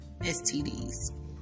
STDs